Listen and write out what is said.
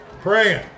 praying